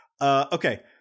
Okay